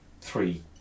three